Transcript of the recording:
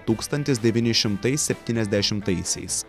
tūkstantis devyni šimtai septyniasdešimtaisiais